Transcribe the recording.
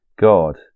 God